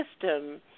system